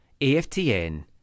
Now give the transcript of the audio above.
AFTN